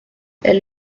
elle